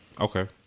Okay